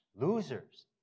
Losers